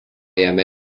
jame